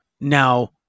now